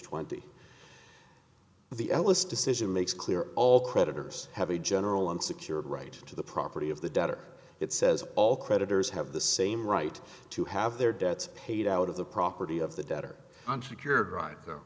twenty the ellis decision makes clear all creditors have a general unsecured right to the property of the debtor it says all creditors have the same right to have their debts paid out of the property of the debtor unsecured right th